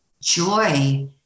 Joy